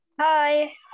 hi